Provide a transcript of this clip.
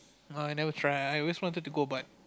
oh I never try I always wanted to go but